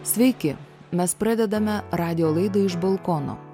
sveiki mes pradedame radijo laidą iš balkono